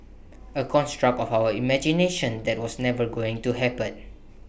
A construct of our imaginations that was never going to happen